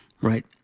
right